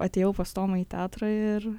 atėjau pas tomą į teatrą ir